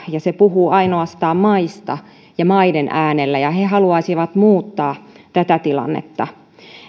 ja se puhuu ainoastaan maista ja maiden äänellä he haluaisivat muuttaa tätä tilannetta